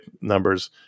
numbers